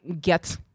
get